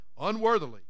unworthily